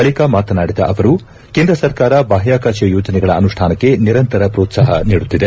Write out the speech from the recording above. ಬಳಕ ಮಾತನಾಡಿದ ಅವರು ಕೇಂದ್ರ ಸರ್ಕಾರ ಬಾಹ್ನಾಕಾಶ ಯೋಜನೆಗಳ ಅನುಷ್ಠಾನಕ್ಕೆ ನಿರಂತರ ಪೋತ್ಸಾಪ ನೀಡುತ್ತಿದೆ